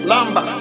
Lamba